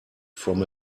from